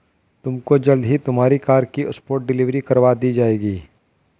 तुमको जल्द ही तुम्हारी कार की स्पॉट डिलीवरी करवा दी जाएगी